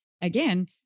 again